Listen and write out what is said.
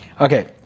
Okay